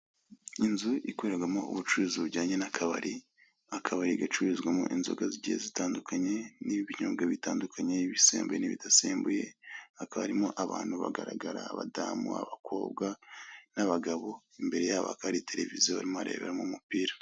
Inzu ikorerwamo ubucuruzi bujyanye n'akabari, akabari gacururizwamo inzoga zigiye zitandukanye, n'ibinyobwa bitandukanye, ibisembuye n'ibidasembuye, hakaba harimo abantu bagaragara; abadamu, abakobwa, n'abagabo, imbere yabo hakaba hari televiziyo barimo bareberamo umupira.